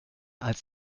als